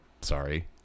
sorry